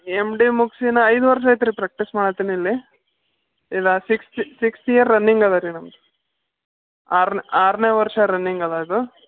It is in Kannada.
ಎಮ್ ಡಿ ಮುಗಿಸಿ ನಾ ಐದು ವರ್ಷ ಆಯ್ತು ಪ್ರಾಕ್ಟೀಸ್ ಮಾಡಾತ್ತೀನಿ ಇಲ್ಲಿ ಇಲ್ಲ ಸಿಕ್ಸ್ತ್ ಸಿಕ್ಸ್ತ್ ಇಯರ್ ರನ್ನಿಂಗ್ ಅದ ರೀ ನಮ್ಮದು ಆರು ಆರನೇ ವರ್ಷ ರನ್ನಿಂಗ್ ಅದ ಇದು